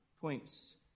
points